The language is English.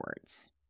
words